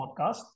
podcast